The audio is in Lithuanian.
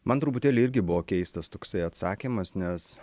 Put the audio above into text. man truputėlį irgi buvo keistas toksai atsakymas nes